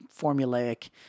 formulaic